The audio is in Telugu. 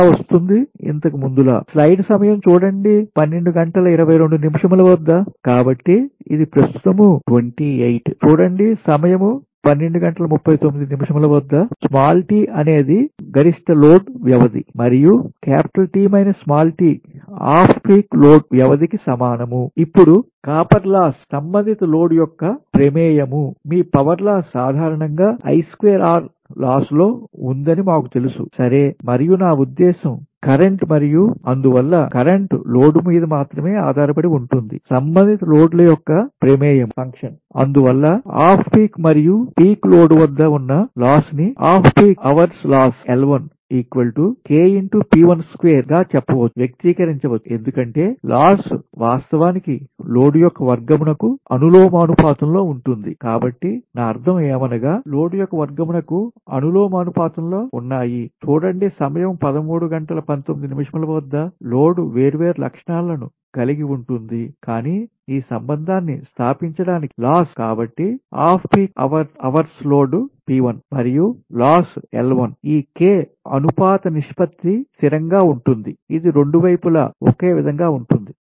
ఇలా వస్తుంది ఇంతకు ముందులా కాబట్టి ఇది ప్రస్తుతం 28 సంబంధిత లోడ్ యొక్క ప్రమేయం మీ పవర్ లాస్ సాధారణ లాస్ లో ఉందని మాకు తెలుసు సరేమరియు నా ఉద్దేశ్యం కరెంట్ మరియు అందువల్ల కరెంట్ లోడ్ మీద మాత్రమే ఆధారపడి ఉంటుంది సంబంధిత లోడ్ల యొక్క ప్రమేయం అందువల్ల ఆఫ్ పీక్ మరియు పీక్ లోడ్ వద్ద ఉన్న లాస్ ని ఆఫ్ పీక్ అవర్స్ లాస్ గా చెప్పవచ్చు వ్యక్తీకరించవచ్చు ఎందుకంటే లాస్ వాస్తవానికి లోడ్ యొక్క వర్గం నకు అనులోమానుపాతంలో ఉంటుంది కాబట్టి నా అర్ధం ఏమనగా యొక్క లోడ్ వర్గం నకు అనులోమానుపాతంలో ఉన్నాయ్ లోడ్ వేర్వేరు లక్షణాలను కలిగి ఉంటుంది కానీ ఈ సంబంధాన్ని స్థాపించడానికి లాస్ కాబట్టి off peak hours load P1 మరియు loss L1 ఈ K అనుపాత నిష్పత్తి స్థిరంగా ఉంటుంది ఇది రెండు వైపులా ఒకే విధంగా ఉంటుంది